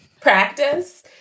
Practice